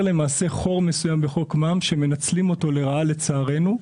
למעשה חור מסוים בחוק מע"מ שמנצלים אותו לרעה לצערנו,